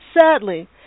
Sadly